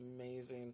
amazing